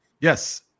Yes